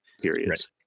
periods